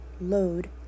Load